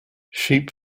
sheep